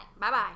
Bye-bye